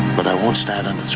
but i won't stand